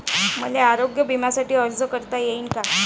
मले आरोग्य बिम्यासाठी अर्ज करता येईन का?